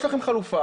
יש לכם חלופה,